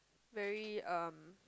very um